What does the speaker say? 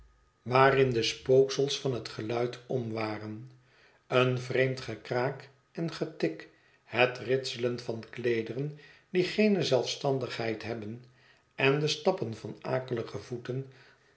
waarin de spooksels van het geluid omwaren een vreemd gekraak en getik het ritselen van kleed eren die geene zelfstandigheid hebhen en de stappen van akelige voeten